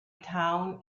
town